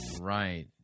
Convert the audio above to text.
Right